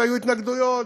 והיו התנגדויות,